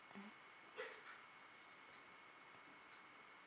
mmhmm